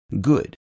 good